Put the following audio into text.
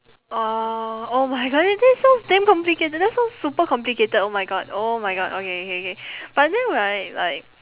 !wow! oh my god th~ that sounds damn complicated that sounds super complicated oh my god oh my god okay K K but then right like